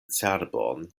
cerbon